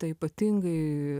tai ypatingai